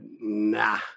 nah